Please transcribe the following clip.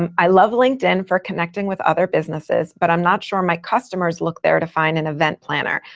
and i love linkedin for connecting with other businesses, but i'm not sure my customers look there to find an event planner.